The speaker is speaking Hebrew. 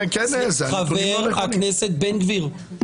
חבר הכנסת בן גביר,